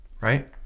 right